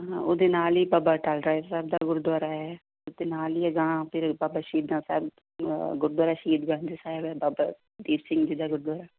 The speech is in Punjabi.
ਹਾਂ ਉਹਦੇ ਨਾਲ਼ ਹੀ ਬਾਬਾ ਅਟੱਲ ਰਾਏ ਸਾਹਿਬ ਦਾ ਗੁਰਦੁਆਰਾ ਹੈ ਅਤੇ ਨਾਲ਼ ਹੀ ਅਗਾਂਹ ਫਿਰ ਬਾਬਾ ਸ਼ਹੀਦਾਂ ਸਾਹਿਬ ਗੁਰਦੁਆਰਾ ਸ਼ਹੀਦ ਗੰਜ ਸਾਹਿਬ ਹੈ ਬਾਬਾ ਦੀਪ ਸਿੰਘ ਜੀ ਦਾ ਗੁਰਦੁਆਰਾ